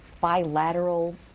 bilateral